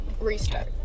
restart